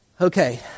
Okay